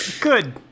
Good